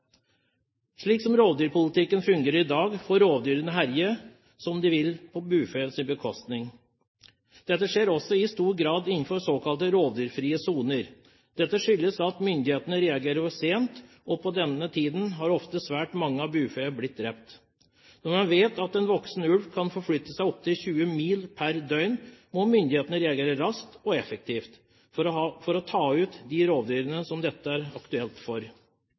Slik som rovdyrpolitikken fungerer i dag, får rovdyrene herje som de vil på bufeets bekostning. Dette skjer også i stor grad innenfor såkalte rovdyrfrie soner. Dette skyldes at myndighetene reagerer for sent, og på denne tiden har ofte svært mange bufe blitt drept. Når man vet at en voksen ulv kan forflytte seg opptil 20 mil per døgn, må myndighetene reagere raskt og effektivt for å ta ut de rovdyrene som dette er aktuelt for.